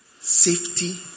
safety